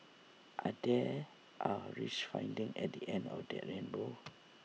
and there are rich findings at the end of that rainbow